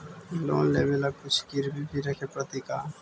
Loan लेबे ल कुछ गिरबी भी रखे पड़तै का?